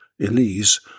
Elise